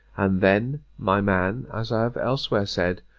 and then my man, as i have elsewhere said,